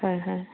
হয় হয়